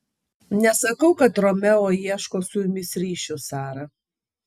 nesakau kad romeo ieško su jumis ryšių sara